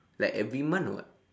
like every month or what